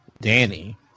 Danny